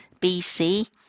BC